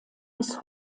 bis